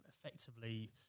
effectively